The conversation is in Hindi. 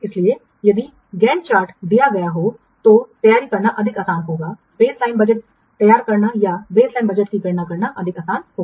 इसलिए यदि गैंट चार्ट दिया जाता है तो तैयारी करना अधिक आसान होगा बेसलाइन बजट तैयार करना या बेसलाइन बजट की गणना करना अधिक आसान होगा